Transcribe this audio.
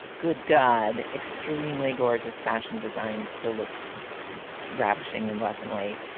good god. extremely gorgeous fashion designed to look ravishing in black and white.